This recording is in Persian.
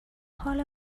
حال